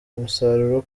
umusaruro